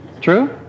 True